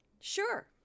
sure